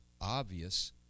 obvious